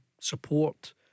support